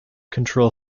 control